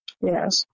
Yes